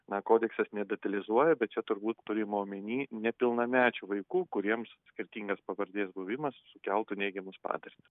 na kodeksas nedetalizuoja bet čia turbūt turima omeny nepilnamečių vaikų kuriems skirtingas pavardės buvimas sukeltų neigiamus padariniu